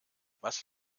was